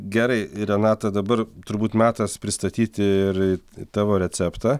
gerai renata dabar turbūt metas pristatyti ir tavo receptą